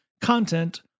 content